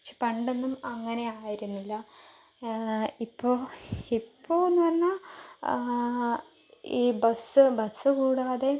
ച്ഛ് പണ്ടൊന്നും അങ്ങനെ ആയിരുന്നില്ല ഇപ്പോൾ ഇപ്പോഴെന്ന് പറഞ്ഞാൽ ഈ ബസ്സ് ബസ്സ് കൂടാതെ